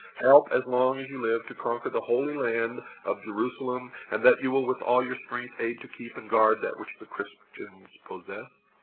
help as long as you live to conquer the holy land of jerusalem and that you will, with all your strength, aid to keep and guard that which the christians possess?